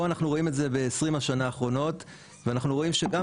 פה אנחנו רואים את זה ב-20 השנים האחרונות ואנחנו רואים שגם